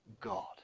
God